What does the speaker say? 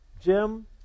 Jim